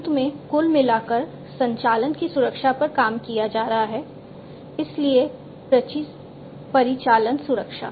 अंत में कुल मिलाकर संचालन की सुरक्षा पर काम किया जा रहा है इसलिए परिचालन सुरक्षा